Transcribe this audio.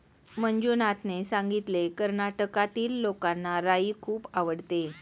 मंजुनाथने सांगितले, कर्नाटकातील लोकांना राई खूप आवडते